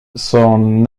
s’en